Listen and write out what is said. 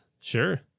Sure